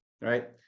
right